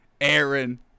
Aaron